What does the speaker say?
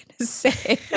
say